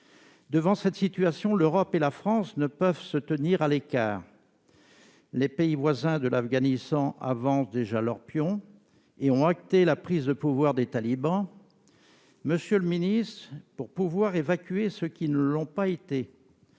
Devant cette situation, l'Europe et la France ne peuvent se tenir à l'écart ; les pays voisins de l'Afghanistan avancent déjà leurs pions et ont acté la prise de pouvoir des talibans. Monsieur le ministre, pour pouvoir évacuer ceux qui ne l'ont pas été,